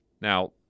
Now